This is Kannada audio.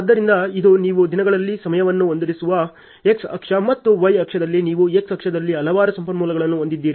ಆದ್ದರಿಂದ ಇದು ನೀವು ದಿನಗಳಲ್ಲಿ ಸಮಯವನ್ನು ಹೊಂದಿರುವ x ಅಕ್ಷ ಮತ್ತು y ಅಕ್ಷದಲ್ಲಿ ನೀವು x ಅಕ್ಷದಲ್ಲಿ ಹಲವಾರು ಸಂಪನ್ಮೂಲಗಳನ್ನು ಹೊಂದಿದ್ದೀರಿ